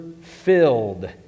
filled